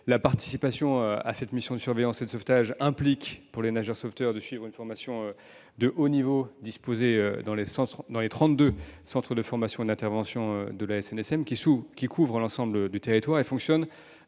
La participation à cette mission de surveillance et de sauvetage implique, pour les nageurs sauveteurs, de suivre une formation de haut niveau, dispensée dans les trente-deux centres de formation et d'intervention de la SNSM, qui couvrent l'ensemble du territoire et fonctionnent